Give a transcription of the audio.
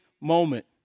moment